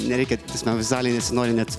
nereikia nes vizualiai nesinori net